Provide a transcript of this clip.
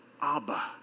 Abba